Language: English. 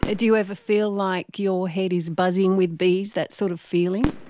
ah do you ever feel like your head is buzzing with bees, that sort of feeling?